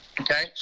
Okay